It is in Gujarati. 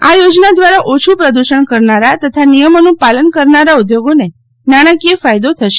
આ યોજના દ્વારા ઓછુ પ્રદૂષણ કરનારા તથા નિયમોનું પાલન કરનારા ઉદ્યોગોને નાણાકીય ફાયદો થશે